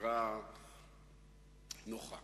שהיו 90 תיקוני חקיקה ורק 48 בסופו של